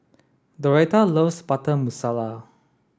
Doretha loves Butter Masala